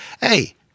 hey